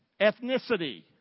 ethnicity